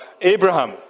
Abraham